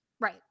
Right